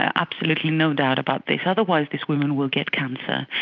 ah absolutely no doubt about this, otherwise these women will get cancer.